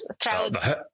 crowd